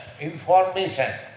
information